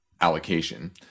allocation